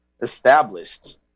established